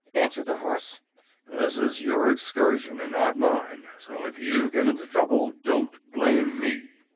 answered the horse this is your excursion, and not mine so if you get into trouble don't blame me.